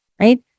right